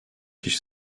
kişi